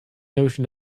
notion